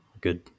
good